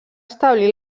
establir